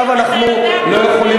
אתה יודע טוב מאוד שהוא לא אישר את זה,